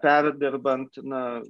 perdirbant na